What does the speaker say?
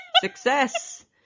success